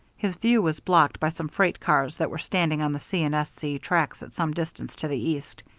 his view was blocked by some freight cars that were standing on the c. and s. c tracks at some distance to the east.